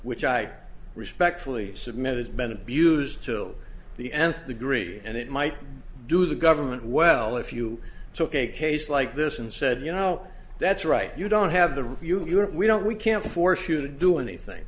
which i respectfully submit has been abused till the nth degree and it might do the government well if you took a case like this and said you know that's right you don't have the review or we don't we can't force you to do anything